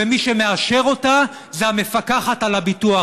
ומי שמאשר אותה זה המפקחת על הביטוח.